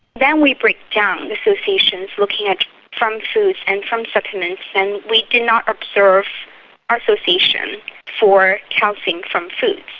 then we break down associations looking at from foods and from supplements, and we did not observe ah association for calcium from foods.